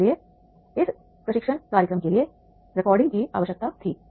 इसलिए इस प्रशिक्षण कार्यक्रम के लिए रिकॉर्डिंग की आवश्यकता थी